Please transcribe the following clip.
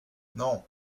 non